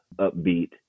upbeat